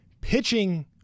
pitching